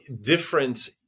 different